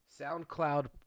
SoundCloud